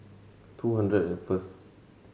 two hundred and first